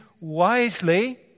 wisely